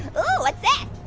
oh what's this?